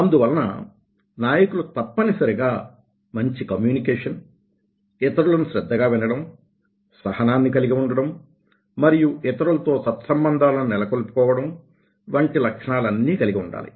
అందువలన నాయకులు తప్పనిసరిగా మంచి కమ్యూనికేషన్ ఇతరులని శ్రద్ధగా వినడం సహనాన్ని కలిగి ఉండడం మరియు ఇతరులతో సత్సంబంధాలను నెలకొల్పు కోవడం వంటి లక్షణాలన్నీ కలిగి ఉండాలి